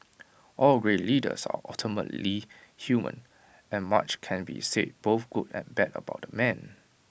all great leaders are ultimately human and much can be said both good and bad about the man